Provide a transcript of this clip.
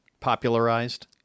popularized